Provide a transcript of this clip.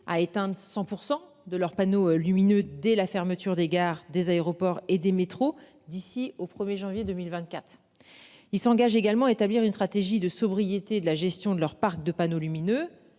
à éteindre 100% de leurs panneaux lumineux dès la fermeture des gares, des aéroports et des métros. D'ici au 1er janvier 2024. Il s'engage également établir une stratégie de sobriété, de la gestion de leur parc de panneaux lumineux